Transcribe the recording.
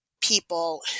people